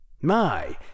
My